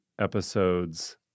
episodes